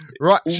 Right